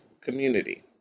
community